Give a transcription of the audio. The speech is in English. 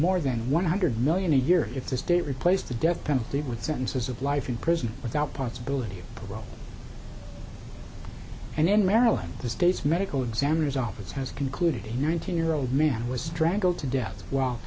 more than one hundred million a year if the state replaced the death penalty with sentences of life in prison without possibility of parole and in maryland the state's medical examiner's office has concluded a nineteen year old man was strangled to death w